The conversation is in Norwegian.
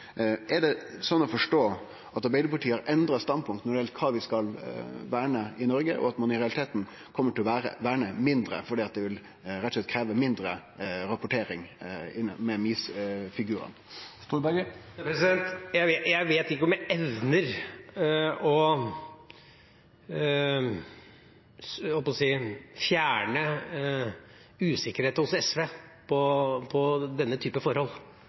Er det sånn å forstå at Arbeidarpartiet har endra standpunkt når det gjeld kva vi skal verne i Noreg, og at ein i realiteten kjem til å verne mindre fordi det rett og slett vil krevje mindre rapportering med MiS-figurar? Jeg vet ikke om jeg evner å – jeg holdt på å si – fjerne usikkerhet hos SV når det gjelder denne typen forhold.